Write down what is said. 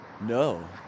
No